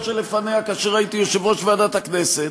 שלפניה כאשר הייתי יושב-ראש ועדת הכנסת,